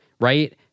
right